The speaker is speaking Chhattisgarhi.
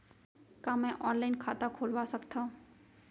का मैं ऑनलाइन खाता खोलवा सकथव?